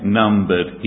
numbered